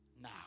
now